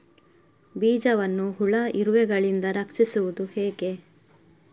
ಬೀಜವನ್ನು ಹುಳ, ಇರುವೆಗಳಿಂದ ರಕ್ಷಿಸುವುದು ಹೇಗೆ?